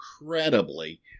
incredibly